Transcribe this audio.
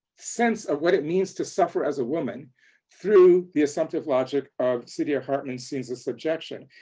sense of what it means to suffer as a woman through the assumptive logic of saidiya hartman's scenes of subbjection.